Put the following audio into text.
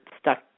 stuck